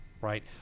right